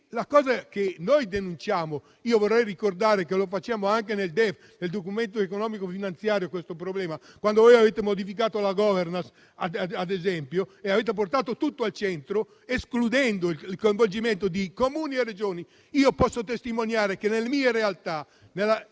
problema che noi denunciamo - vorrei ricordare che lo facciamo anche nel Documento economico finanziario - è il seguente: quando avete modificato la *governance*, avete portato tutto al centro, escludendo il coinvolgimento di Comuni e Regioni. Posso testimoniare che nella mia realtà,